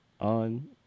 on